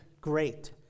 great